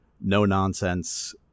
no-nonsense